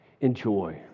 Enjoy